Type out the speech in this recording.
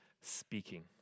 speaking